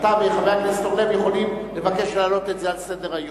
אתה וחבר הכנסת אורלב יכולים לבקש להעלות את זה על סדר-היום.